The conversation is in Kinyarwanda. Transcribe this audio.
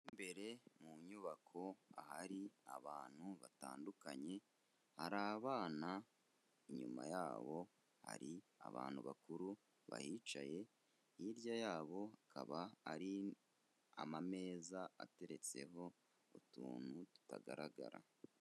Imbere mu nyubako hari abantu batandukanye; hari abana, inyuma yabo hari abantu bakuru bahicaye. Hirya yabo hakaba hari ameza ateretseho utuntu tutagaragara.